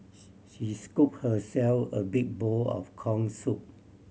she she scooped herself a big bowl of corn soup